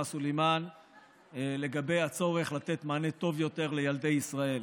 סלימאן לגבי הצורך לתת מענה טוב יותר לילדי ישראל.